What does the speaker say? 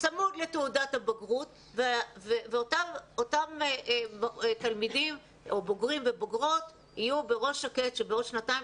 צמוד לתעודת הבגרות ואותם תלמידים יהיו בראש שקט שבעוד שנתיים